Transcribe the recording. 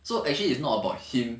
so actually is not about him